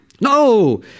No